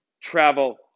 Travel